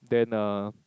then uh